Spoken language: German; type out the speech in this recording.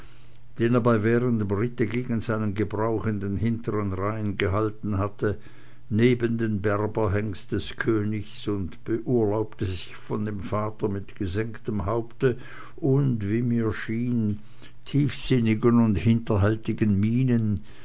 bei währendem ritte gegen seinen gebrauch in den hinteren reihen gehalten hatte neben den berberhengst des königs und beurlaubte sich von dem vater mit gesenktem haupte und wie mir schien tiefsinnigen und hinterhältigen mienen